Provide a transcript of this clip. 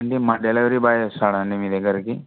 అంటే మా delivery boy వస్తాడండి మీ దగ్గరికి